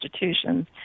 institutions